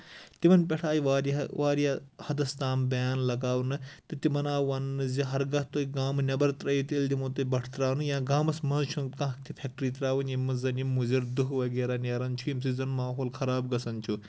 تِمن پٮ۪ٹھ آیہِ واریاہَ واریاہ حدس تام بین لگاونہٕ تہٕ تِمن آو وَننہٕ زِ ہر گاہ تُہۍ گامہٕ نٮ۪بر ترٲوو تیلہِ دِمو تۄہہ بَٹھٕ ترٲونہٕ یا گامَس منٛز چھےٚ نہٕ کانٛہہ تہِ فیکٹری تراوٕنۍ یمہِ منٛز زن یِم مُزر تہٕ دُہ وغیرہ نیران چھِ ییٚمہِ سۭتۍ زَن ماحول خراب گژھان چھُ